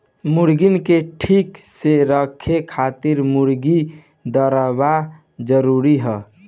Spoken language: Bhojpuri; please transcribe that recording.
मुर्गीन के ठीक से रखे खातिर मुर्गी दरबा जरूरी हअ